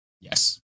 Yes